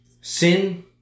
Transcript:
Sin